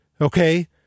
okay